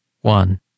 one